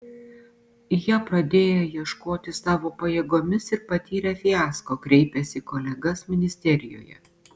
jie pradėję ieškoti savo pajėgomis ir patyrę fiasko kreipėsi į kolegas ministerijoje